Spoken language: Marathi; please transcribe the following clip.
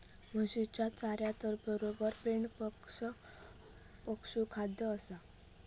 म्हशीच्या चाऱ्यातबरोबर पेंड पण पशुखाद्य असता